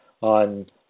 on